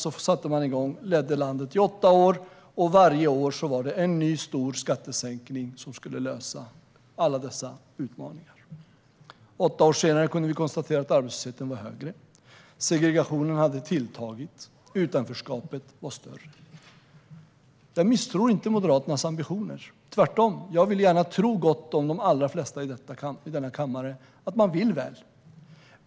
Sedan ledde man landet i åtta år, och varje år genomfördes en ny stor skattesänkning som skulle lösa alla dessa utmaningar. Åtta år senare kunde vi konstatera att arbetslösheten var högre, segregationen hade tilltagit och utanförskapet var större. Jag misstror inte Moderaternas ambitioner. Tvärtom vill jag gärna tro gott om de allra flesta i denna kammare, att de vill väl.